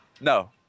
No